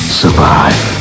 survive